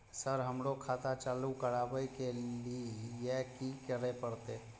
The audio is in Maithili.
सर हमरो खाता चालू करबाबे के ली ये की करें परते?